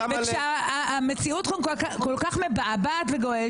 אבל את שמה לב --- וכשהמציאות כל כך מבעבעת וגועשת,